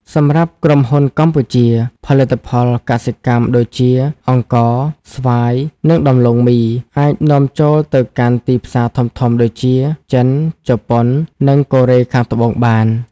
សម្រាប់ក្រុមហ៊ុនកម្ពុជា ផលិតផលកសិកម្មដូចជា អង្ករ ស្វាយ និងដំឡូងមី អាចនាំចូលទៅកាន់ទីផ្សារធំៗដូចជា ចិន ជប៉ុន និងកូរ៉េខាងត្បូងបាន។